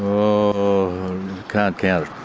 oh can't count em,